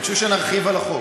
ביקשו שנרחיב על החוק.